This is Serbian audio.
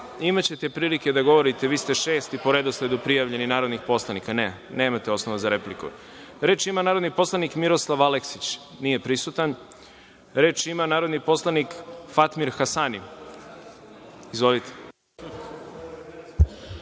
Imaćete prilike da govorite, vi ste šesti po redosledu prijavljeni narodni poslanik. Ne, nemate osnov za repliku. Reč ima narodni poslanik Miroslav Aleksić. Nije prisutan. Reč ima narodni poslanik Fatmir Hasani. Izvolite.